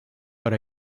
but